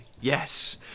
Yes